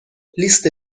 لیست